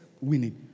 winning